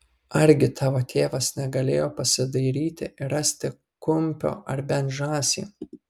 argi tavo tėvas negalėjo pasidairyti ir rasti kumpio ar bent žąsį